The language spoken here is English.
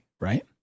Right